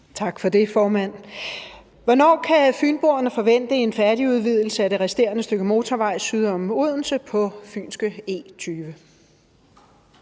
Jane Heitmann (V): Hvornår kan fynboerne forvente en færdigudvidelse af det resterende stykke motorvej, syd om Odense, på fynske E20?